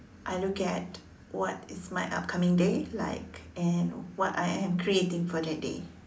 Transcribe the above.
I look at what is my upcoming day like and what I am creating for that day